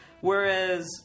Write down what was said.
Whereas